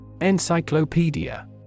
Encyclopedia